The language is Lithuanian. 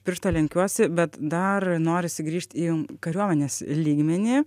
pirštą lenkiuosi bet dar norisi grįžt į kariuomenės lygmenį